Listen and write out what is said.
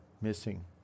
missing